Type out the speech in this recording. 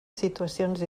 situacions